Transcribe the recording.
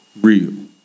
real